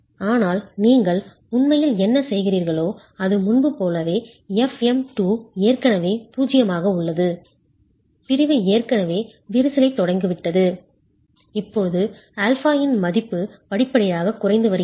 ஆனால் நீங்கள் உண்மையில் என்ன செய்கிறீர்களோ அது முன்பு போலவே fm2 ஏற்கனவே 0 ஆக உள்ளது பிரிவு ஏற்கனவே விரிசலைத் தொடங்கிவிட்டது இப்போது α இன் மதிப்பு படிப்படியாகக் குறைந்து வருகிறது